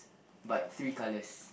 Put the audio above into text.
but three colours